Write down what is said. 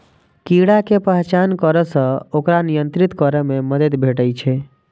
कीड़ा के पहचान करै सं ओकरा नियंत्रित करै मे मदति भेटै छै